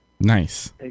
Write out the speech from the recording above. Nice